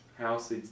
house